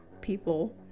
people